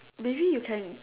maybe you can